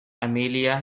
amelia